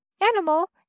Animal